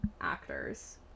actors